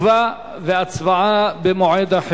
אם כן, רבותי, הצעת החוק תועבר לוועדת